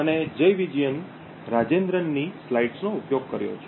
Adam Waksman અને જયવિજયન રાજેન્દ્રનની સ્લાઇડ્સનો ઉપયોગ કર્યો છે